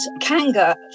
Kanga